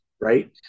right